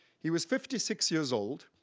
he was fifty six years old.